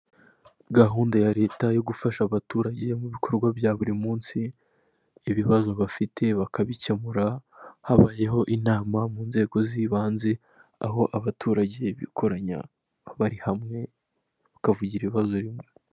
Gahunda ya Leta yo gufasha abaturage mu bikorwa bya buri munsi ibibazo bafite bakabikemura, habayeho inama mu nzego z'ibanze aho abaturage bikoranya bari hamwe bakavugira ibibazo rimwe.